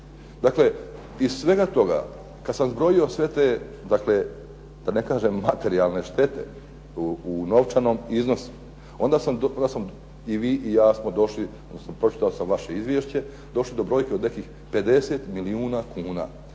Dakle, iz svega toga kada sam zbrojio sve te, materijalne štete, u novčanom iznosu onda sam i vi i ja smo došli, ja sam pročitao vaše izvješće, došli do brojke od nekih 50 milijuna kuna,